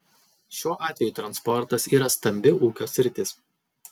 šiuo atveju transportas yra stambi ūkio sritis